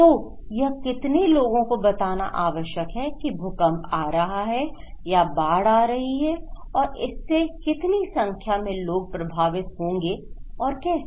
तो यह कितने लोगों को बताना आवश्यक है कि भूकंप आ रहा है या बाढ़ आ रही है और इससे कितनी संख्या में लोग प्रभावित होंगे और कैसे